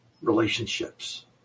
relationships